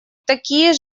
такие